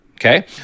Okay